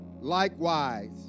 likewise